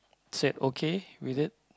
said okay with it